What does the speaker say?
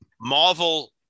Marvel